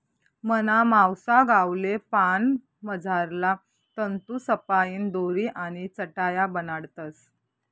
मना मावसा गावले पान मझारला तंतूसपाईन दोरी आणि चटाया बनाडतस